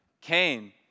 Cain